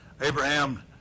Abraham